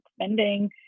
spending